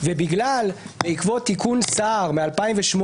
ובעקבות תיקון סער מ-2008,